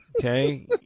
okay